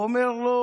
הוא אומר לו: